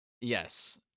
Yes